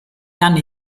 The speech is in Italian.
anni